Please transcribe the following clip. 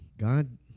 God